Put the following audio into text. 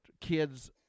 kids